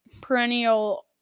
perennial